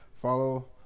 Follow